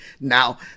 Now